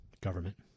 government